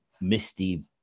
misty